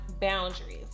boundaries